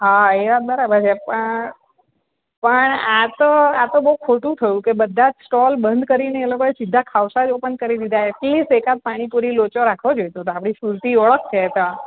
હા એ વાત બરાબર છે પણ પણ આ તો આ તો બહુ ખોટું થયું કે બધા સ્ટોલ બંધ કરીને એ લોકોએ સીધા ખાવસા જ ઓપન કરી દીધા એટલીસ્ટ એકાદ પાણીપુરી લોચો રાખવો જોઈતો તો આપણી સુરતી ઓળખ છે એ તો